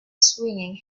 swinging